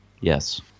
yes